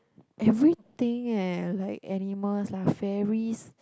everything eh like animals lah fairies